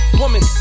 woman